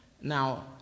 Now